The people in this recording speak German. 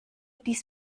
dies